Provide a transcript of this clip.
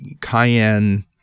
cayenne